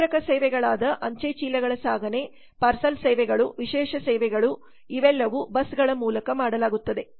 ಪೂರಕ ಸೇವೆಗಳಾದ ಅಂಚೆ ಚೀಲಗಳ ಸಾಗಣೆ ಪಾರ್ಸೆಲ್ ಸೇವೆಗಳು ವಿಶೇಷ ಸೇವೆಗಳು ಇವೆಲ್ಲವೂ ಬಸ್ಗಳ ಮೂಲಕ ಮಾಡಲಾಗುತ್ತದೆ